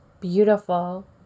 Beautiful